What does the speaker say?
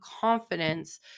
confidence